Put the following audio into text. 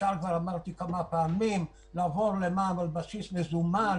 כבר אמרתי כמה פעמים שאפשר לעבור למע"מ על בסיס מזומן,